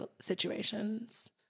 situations